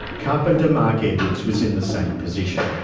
carpenter mark edwards was in the same position.